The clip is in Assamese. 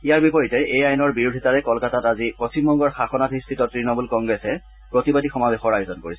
ইয়াৰ বিপৰীতে এই আইনৰ বিৰোধিতাৰে কলকাতাত আজি পশ্চিমবংগৰ শাসনাধিষ্ঠিত তৃণমূল কংগ্ৰেছে প্ৰতিবাদী সমাৱেশৰ আয়োজন কৰিছে